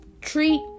treat